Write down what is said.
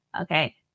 Okay